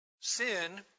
Sin